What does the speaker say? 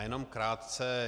Jenom krátce.